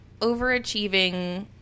overachieving